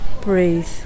Breathe